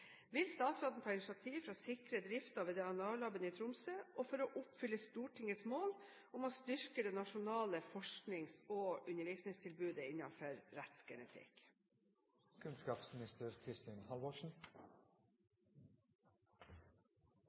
Vil statsråden ta initiativ for å sikre driften ved DNA-laben i Tromsø, og for å oppfylle Stortingets mål om å styrke det nasjonale forsknings- og undervisningstilbudet